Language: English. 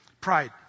Pride